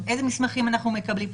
איזה מסמכים אנחנו מקבלים.